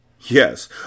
Yes